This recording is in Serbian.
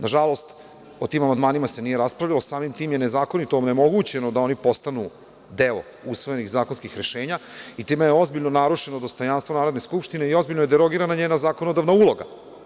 Nažalost, o tim amandmanima se nije raspravljalo i samim tim je nezakonito onemogućeno da oni postanu deo usvojenih zakonskih rešenja i time je ozbiljno narušeno dostojanstvo Narodne skupštine i ozbiljno je derogirana njena zakonodavna uloga.